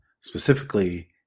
specifically